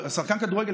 שחקן כדורגל,